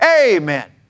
Amen